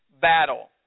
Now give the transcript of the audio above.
battle